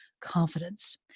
confidence